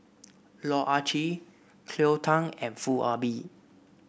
Loh Ah Chee Cleo Thang and Foo Ah Bee